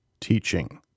teaching